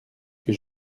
que